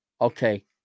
Okay